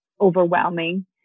overwhelming